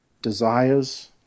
desires